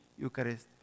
Eucharist